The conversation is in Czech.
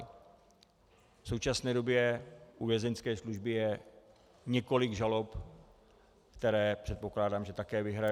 V současné době u vězeňské služby je několik žalob, které, předpokládám, také vyhrají.